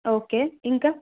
okay ఇంకా